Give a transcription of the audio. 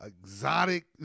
exotic